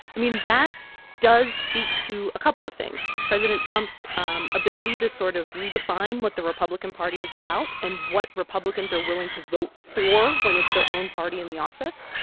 i mean, that does speak to a couple of things president trump's um ability to sort of redefine what the republican party is about and what republicans are willing to vote for when it's their own party in the office.